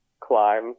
Climb